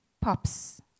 pops